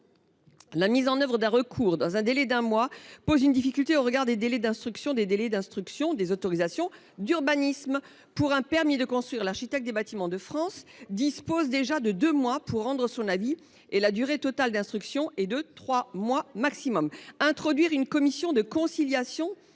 La mise en œuvre d’un recours dans un délai d’un mois pose une difficulté au regard des délais d’instruction des autorisations d’urbanisme. Pour un permis de construire, l’architecte des Bâtiments de France dispose de deux mois pour rendre son avis, et la durée totale d’instruction est de trois mois maximum. Créer une commission départementale